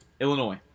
Illinois